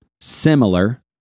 similar